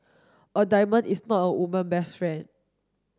a diamond is not a woman best friend